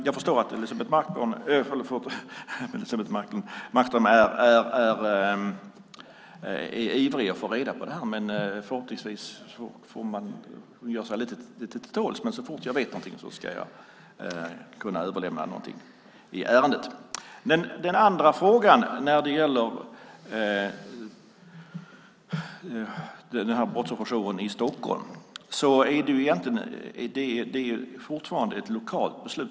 Jag förstår att Elisebeht Markström är ivrig på att få reda på det här, men man får ge sig lite till tåls. Men så fort jag vet någonting ska jag kunna överlämna någonting i ärendet. Den andra frågan gällde den här brottsofferjouren i Stockholm. Det är fortfarande ett lokalt beslut.